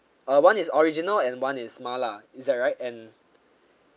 uh one is original and one is mala is that right and